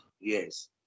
Yes